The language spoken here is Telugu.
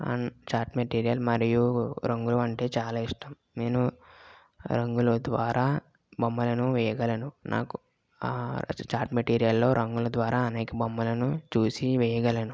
అండ్ చాట్ మెటీరియల్ మరియు రంగులు అంటే చాలా ఇష్టం నేను రంగుల ద్వారా బొమ్మలను వేయగలను నాకు చాట్ మెటీరియల్లో రంగుల ద్వారా అనేక బొమ్మలను చూసి వేయగలను